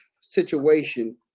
situation